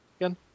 again